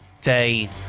Day